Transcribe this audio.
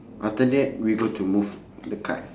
after that we got to move to the card